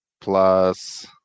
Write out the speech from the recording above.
plus